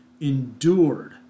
endured